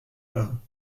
parrain